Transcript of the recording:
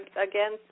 again